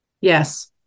Yes